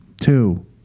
Two